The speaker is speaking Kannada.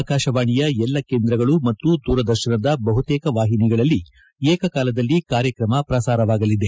ಆಕಾಶವಾಣಿಯ ಎಲ್ಲಾ ಕೇಂದ್ರಗಳು ಮತ್ತು ದೂರದರ್ಶನದ ಬಹುತೇಕ ವಾಹಿನಿಗಳಲ್ಲಿ ಏಕಕಾಲದಲ್ಲಿ ಕಾರ್ಯಕ್ರಮ ಪ್ರಸಾರವಾಗಲಿದೆ